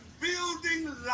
building